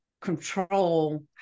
control